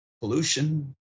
pollution